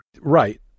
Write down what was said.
Right